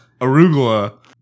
arugula